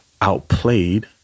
outplayed